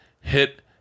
hit